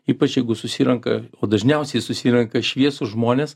ypač jeigu susirenka o dažniausiai susirenka šviesūs žmonės